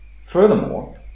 Furthermore